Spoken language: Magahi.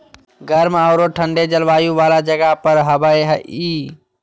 गर्म औरो ठन्डे जलवायु वाला जगह पर हबैय हइ